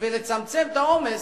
המקומיים ולצמצם את העומס,